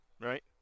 right